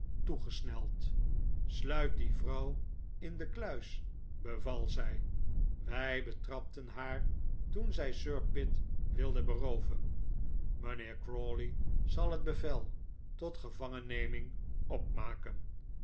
toegesneld sluit die vrouw in de kluis beval zij wij betrapten haar toen zij sir pitt wilde berooven mijnheer crawley zal het bevel tot gevangenneming opmaken